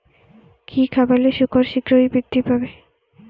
কি খাবালে শুকর শিঘ্রই বৃদ্ধি পায়?